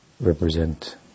represent